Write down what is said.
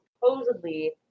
Supposedly